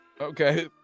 Okay